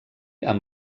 amb